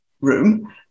room